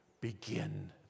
begin